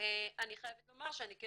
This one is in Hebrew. אני חייבת לומר שאני כן